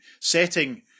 Setting